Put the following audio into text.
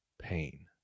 pain